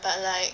but like